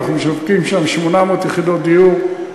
אנחנו משווקים שם 800 יחידות דיור,